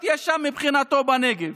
מבחינתו יש מיליציות בנגב